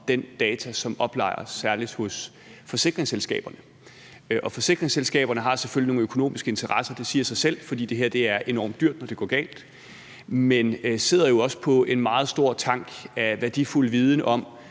den data, som særligt oplagres hos forsikringsselskaberne. Forsikringsselskaberne har selvfølgelig – det siger sig selv – nogle økonomiske interesser, fordi det er enormt dyrt, når det går galt, men de sidder jo også på en meget stor tank af værdifuld viden om,